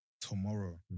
tomorrow